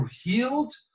healed